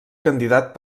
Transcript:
candidat